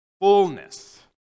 fullness